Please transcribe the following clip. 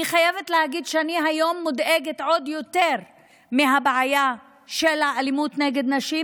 אני חייבת להגיד שאני היום מודאגת עוד יותר מהבעיה של האלימות נגד נשים,